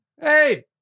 Hey